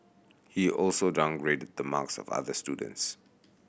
he also downgraded the marks of other students